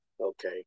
okay